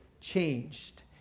changed